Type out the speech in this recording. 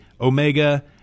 Omega